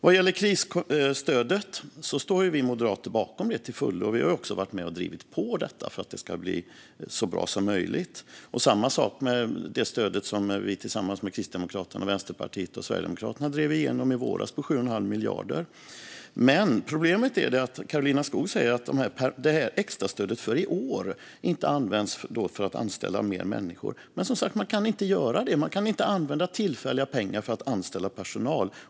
Vad gäller krisstödet står vi moderater bakom det till fullo, och vi har också varit med och drivit på detta för att det ska bli så bra som möjligt. Det är samma sak med det stöd som vi tillsammans med Kristdemokraterna, Vänsterpartiet och Sverigedemokraterna drev igenom i våras på 7 1⁄2 miljard. Problemet är att Karolina Skog säger att extrastödet för i år inte används för att anställa fler människor. Man kan som sagt inte göra det. Man kan inte använda tillfälliga pengar för att anställa personal.